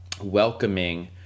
welcoming